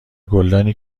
گلدانی